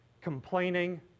complaining